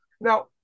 now